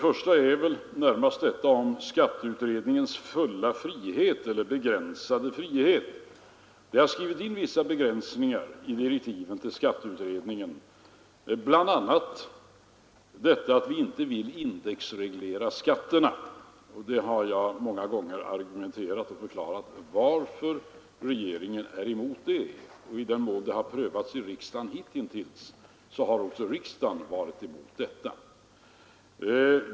Först gäller det frågan om skatteutredningens fulla eller begränsade frihet. Det har i direktiven till skatteutredningen skrivits in vissa begränsningar, bl.a. att vi inte vill indexreglera skatterna — jag har många gånger förklarat varför regeringen är emot detta, och i den mån saken har prövats av riksdagen hitintills har också riksdagen varit emot det.